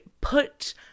put